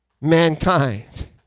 mankind